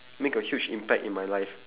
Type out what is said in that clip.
make a huge impact in my life